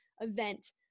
event